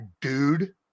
dude